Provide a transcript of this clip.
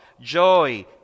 joy